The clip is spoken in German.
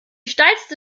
steilste